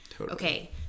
Okay